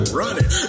running